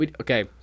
okay